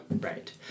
Right